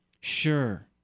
sure